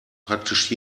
praktisch